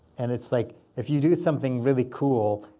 and it's like, if you do something really cool,